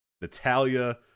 Natalia